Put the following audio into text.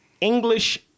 English